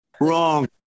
Wrong